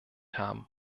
haben